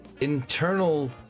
internal